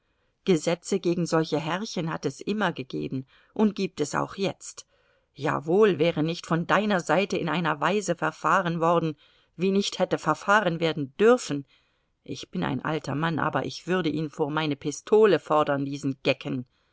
gesetze gegen solche herrchen hat es immer gegeben und gibt es auch jetzt jawohl wäre nicht von deiner seite in einer weise verfahren worden wie nicht hätte verfahren werden dürfen ich bin ein alter mann aber ich würde ihn vor meine pistole fordern diesen gecken